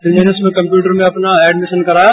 फिर उसमें कम्प्यूटर में अपना एडमिशन कराया